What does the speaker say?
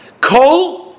Cole